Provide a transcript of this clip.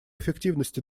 эффективности